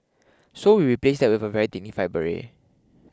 so we replaced that with a very dignified beret